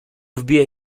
wbiję